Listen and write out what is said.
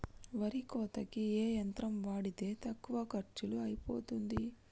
వరి కోతకి ఏ యంత్రం వాడితే తక్కువ ఖర్చులో అయిపోతుంది?